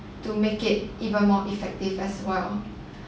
to make it even more effective as well